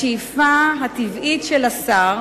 השאיפה הטבעית של השר